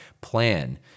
plan